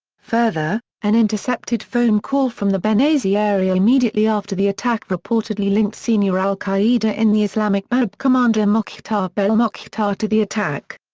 further, an intercepted phone call from the benghazi area immediately after the attack reportedly linked senior al-qaeda in the islamic maghreb commander mokhtar belmokhtar to the attack.